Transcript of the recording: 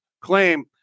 claim